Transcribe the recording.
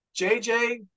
JJ